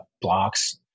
blocks